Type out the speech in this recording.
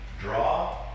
draw